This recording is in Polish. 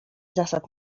zasad